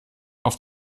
auf